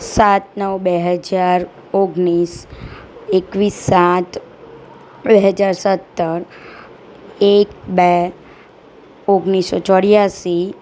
સાત નવ બે હજાર ઓગણીસ એકવીસ સાત બે હજાર સત્તર એક બે ઓગણીસસો ચોર્યાસી